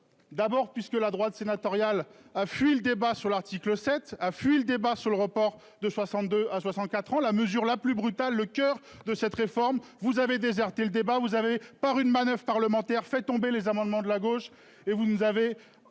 D'abord, puisque la droite sénatoriale a fui le débat sur l'article 7 a fui le débat sur le report de 62 à 64 ans. La mesure la plus brutale, le coeur de cette réforme vous avez déserté le débat, vous avez par une manoeuvre parlementaire fait tomber les amendements de la gauche et vous nous avez